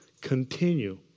continue